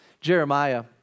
Jeremiah